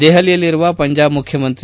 ದೆಹಲಿಯಲ್ಲಿರುವ ಪಂಜಾಬ್ ಮುಖ್ಯಮಂತ್ರಿ